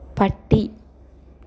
പട്ടി